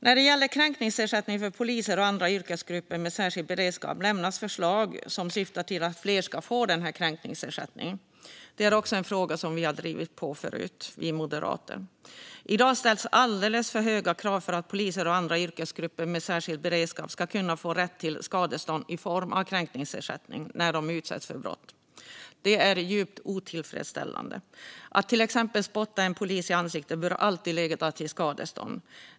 När det gäller kränkningsersättning för poliser och andra yrkesgrupper med särskild beredskap lämnas förslag som syftar till att fler ska få denna kränkningsersättning. Det är också en fråga som vi moderater har drivit på i förut. I dag ställs alldeles för höga krav för att poliser och andra yrkesgrupper med särskild beredskap ska kunna få rätt till skadestånd i form av kränkningsersättning när de utsätts för brott. Det är djupt otillfredsställande. Att till exempel spotta en polis i ansiktet bör alltid leda till skadestånd.